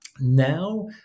Now